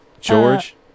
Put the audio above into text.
George